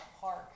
park